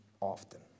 often